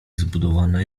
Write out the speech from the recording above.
zbudowana